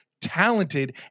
talented